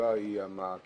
שהישיבה היא הגיל,